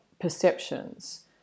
perceptions